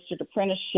Apprenticeship